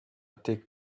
thick